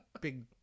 big